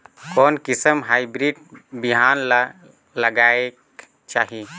कोन किसम हाईब्रिड बिहान ला लगायेक चाही?